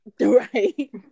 Right